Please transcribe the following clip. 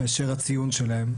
מאשר הציון שלהם,